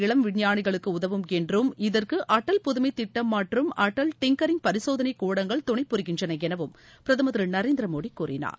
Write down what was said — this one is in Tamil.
இளம் விஞ்ஞானிகளுக்கு உதவும் என்றும் இதற்கு அடல் புதுமை திட்டம் மற்றும் அடல் டிங்கரிங் பரிசோதனை கூடங்கள் துணை புரிகின்றன எனவும் பிரதமர் திரு நரேந்திர மோடி கூறினார்